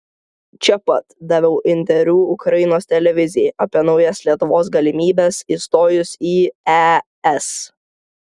čia pat daviau interviu ukrainos televizijai apie naujas lietuvos galimybes įstojus į es